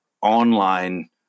online